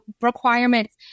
requirements